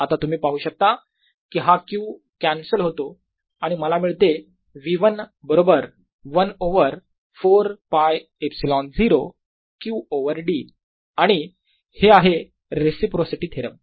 आत तुम्ही पाहू शकता कि हा q कॅन्सल होतो आणि मला मिळते V1 बरोबर 1 ओवर 4 πε0 Q ओवर d आणि हे आहे रेसिप्रोसिटी थेरम